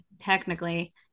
technically